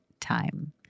time